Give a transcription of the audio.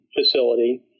facility